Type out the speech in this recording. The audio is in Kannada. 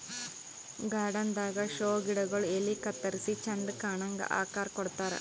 ಗಾರ್ಡನ್ ದಾಗಾ ಷೋ ಗಿಡಗೊಳ್ ಎಲಿ ಕತ್ತರಿಸಿ ಚಂದ್ ಕಾಣಂಗ್ ಆಕಾರ್ ಕೊಡ್ತಾರ್